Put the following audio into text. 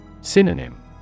Synonym